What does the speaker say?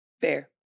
Fair